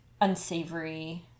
unsavory